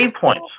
points